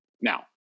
now